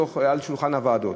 על שולחנות הוועדות,